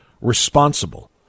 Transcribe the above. responsible